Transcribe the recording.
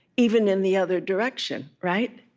even in the other direction, right?